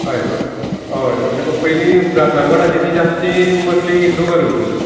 हय मळ हय म्हटकच पयली राज्यांगणाची ती मुस्लीम हिंदू घरा उरतली